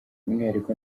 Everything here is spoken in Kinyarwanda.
umwihariko